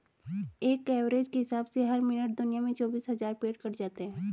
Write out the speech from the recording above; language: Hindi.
एक एवरेज के हिसाब से हर मिनट दुनिया में चौबीस हज़ार पेड़ कट जाते हैं